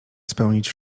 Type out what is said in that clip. spełnić